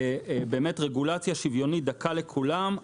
באמת רגולציה שוויונית ודקה לכולם.